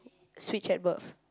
switched at birth